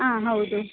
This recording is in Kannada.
ಹಾಂ ಹೌದು